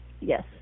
Yes